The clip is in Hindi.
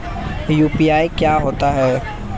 यू.पी.आई क्या होता है?